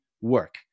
work